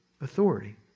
authority